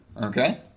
Okay